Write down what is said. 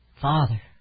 Father